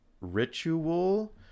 ritual